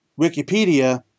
Wikipedia